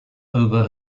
over